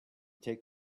take